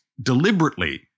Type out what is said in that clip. deliberately